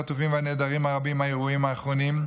החטופים והנעדרים הרבים מהאירועים האמורים,